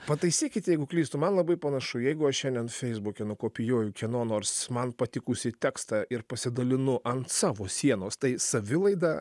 pataisykit jeigu klystu man labai panašu jeigu aš šiandien feisbuke nukopijuoju kieno nors man patikusį tekstą ir pasidalinu ant savo sienos tai savilaida